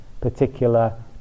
particular